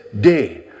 day